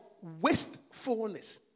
wastefulness